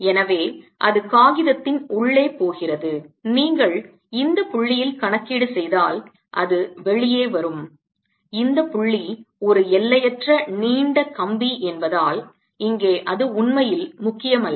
எனவே அது காகிதத்தின் உள்ளே போகிறது நீங்கள் இந்த புள்ளியில் கணக்கீடு செய்தால் அது வெளியே வரும் இந்த புள்ளி ஒரு எல்லையற்ற நீண்ட கம்பி என்பதால் இங்கே அது உண்மையில் முக்கியமல்ல